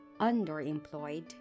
underemployed